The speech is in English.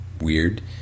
weird